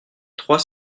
trois